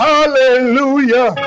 Hallelujah